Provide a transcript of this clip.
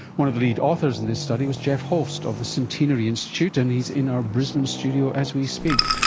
one of the lead authors in this study was jeff holst of the centenary institute, and he's in our brisbane studio as we speak.